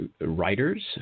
writers